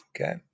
okay